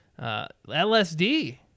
LSD